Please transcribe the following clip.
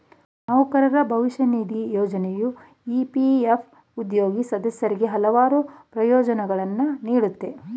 ನೌಕರರ ಭವಿಷ್ಯ ನಿಧಿ ಯೋಜ್ನೆಯು ಇ.ಪಿ.ಎಫ್ ಉದ್ಯೋಗಿ ಸದಸ್ಯರಿಗೆ ಹಲವಾರು ಪ್ರಯೋಜ್ನಗಳನ್ನ ನೀಡುತ್ತೆ